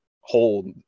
hold